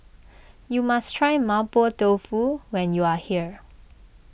you must try Mapo Tofu when you are here